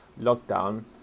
lockdown